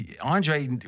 Andre